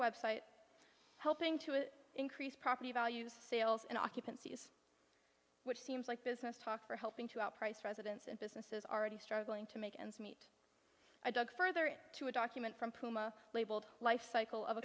website helping to increase property values sales and occupancy which seems like business talk for helping to outprice residents and businesses already struggling to make ends meet i dug further in to a document from puma labeled life cycle of a